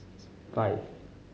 five